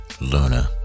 Luna